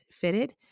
fitted